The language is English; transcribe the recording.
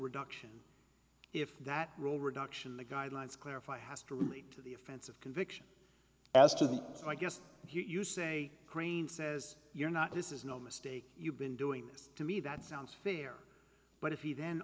reduction if that rule reduction the guidelines clarify has to relate to the offense of conviction as to the i guess you say crane says you're not this is no mistake you've been doing this to me that sounds fair but if he then